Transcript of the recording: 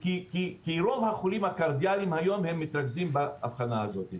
כי רוב החולים הקרדיאליים היום הם מתרכזים באבחנה הזאת.